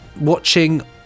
Watching